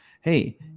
hey